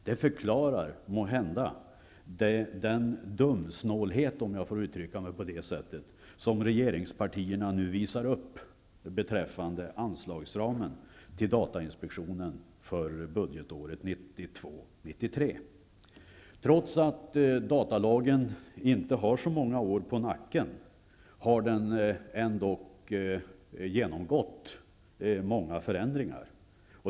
Det förklarar måhända den dumsnålhet som regeringspartierna nu visar upp beträffande anslagsramen till datainspektionen för budgetåret Trots att datalagen inte har så många år på nacken har den ändå genomgått många förändringar.